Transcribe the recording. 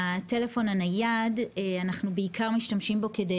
בטלפון הנייד אנחנו בעיקר משתמשים כדי